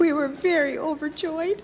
we were very overjoyed